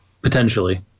potentially